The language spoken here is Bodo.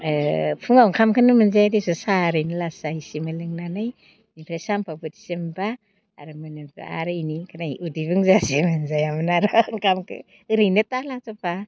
फुङाव ओंखामखोनो मोनजाया देसु साहा ओरैनो लाल साहा एसे मोनलोंनानै इनिफ्राय सानफ्राव बोथिसे मोनब्ला आरो मोनाफ्राव आरो इनिफ्राय उदै बुंजासे मोनजायामोन आर' ओंखामखो ओरैनो